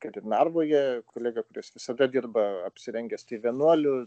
kad ir narvoje kolega kuris visada dirba apsirengęs tai vienuoliu